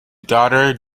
daughter